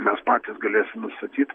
mes patys galėsim nustatyt